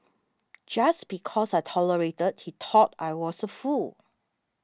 just because I tolerated he thought I was a fool